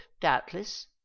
doubtless